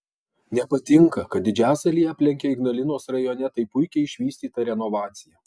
nepatinka kad didžiasalį aplenkia ignalinos rajone taip puikiai išvystyta renovacija